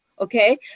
okay